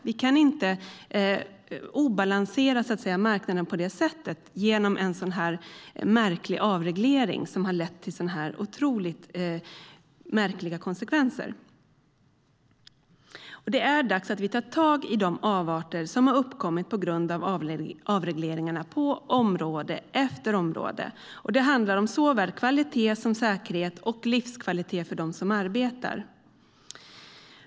Vi kan inte ha en obalanserad marknad på det här sättet genom en så märklig avreglering som har lett till så otroligt märkliga konsekvenser. Det är dags att vi tar tag i de avarter som har uppkommit på grund av avregleringar på område efter område. Det handlar om såväl kvalitet som säkerhet och om livskvalitet för dem som arbetar.